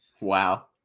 Wow